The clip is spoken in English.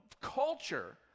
culture